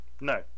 No